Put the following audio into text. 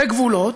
בגבולות,